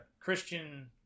Christian